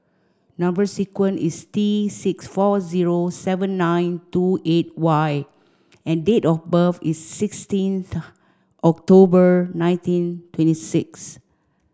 number sequence is T six four zero seven nine two eight Y and date of birth is sixteenth October nineteen twenty six